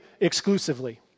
exclusively